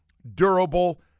Durable